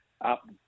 up